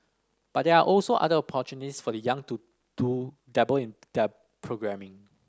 but there are also other opportunities for the young to to dabble in programming